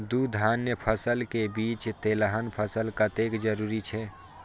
दू धान्य फसल के बीच तेलहन फसल कतेक जरूरी छे?